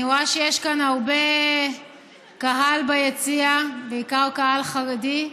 אני רואה שיש כאן הרבה קהל ביציע, בעיקר קהל חרדי,